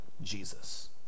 Jesus